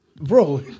bro